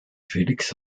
felix